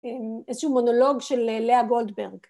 ‫איזשהו מונולוג של לאה גולדברג.